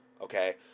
okay